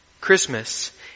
Christmas